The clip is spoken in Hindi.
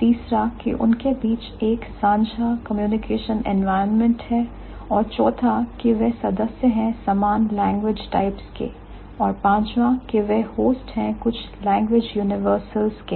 तीसरा के उनके बीच एक सांझा कम्युनिकेशन एनवायरनमेंट है और चौथा कि वह सदस्य हैं समान language types लैंग्वेज टाइप्स के और पांचवा के वह होस्ट हैं कुछ language universals लैंग्वेज यूनिवर्सल के